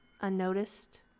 unnoticed